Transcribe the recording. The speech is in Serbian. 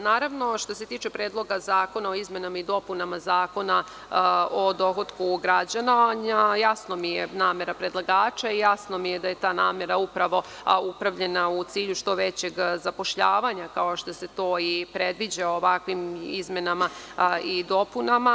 Naravno, što se tiče Predloga zakona o izmenama i dopunama Zakona o dohotku građana, jasna mi je namera predlagača i jasno mi je da je ta namera upravo upravljena u cilju što većeg zapošljavanja, kao što se to i predviđa ovakvim izmenama i dopunama.